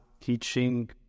teaching